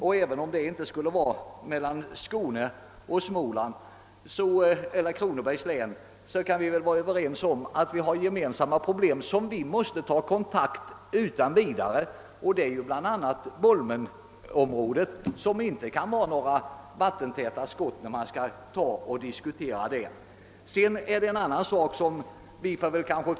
Och även om Skåne och Småland — då närmast Kronobergs län — inte skulle beröras kan vi väl vara överens om att vi har gemensamma problem, där vi utan vidare måste ta kontakt. Det gäller bl.a. bolmenområdet. Vid behandlingen av den frågan får det inte finnas några vattentäta skott mellan olika län.